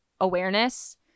awareness